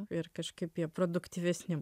ir kažkaip jie produktyvesni